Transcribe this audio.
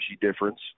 difference